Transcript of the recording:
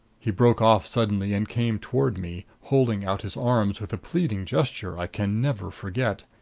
he broke off suddenly and came toward me, holding out his arms with a pleading gesture i can never forget.